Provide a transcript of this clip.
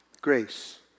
Grace